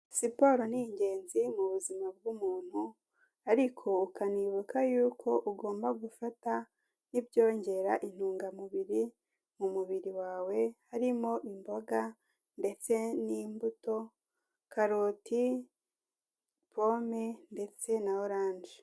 Siporo ni ingenzi mu buzima bw'umuntu ariko ukanibuka yuko ugomba gufata n'ibyongera intungamubiri mu mubiri wawe, harimo imboga ndetse n'imbuto, karoti, pome ndetse na oranje.